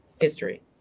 history